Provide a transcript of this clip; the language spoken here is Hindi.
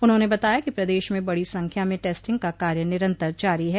उन्होंने बताया कि प्रदेश में बड़ी संख्या में टेस्टिंग का कार्य निरंतर जारी है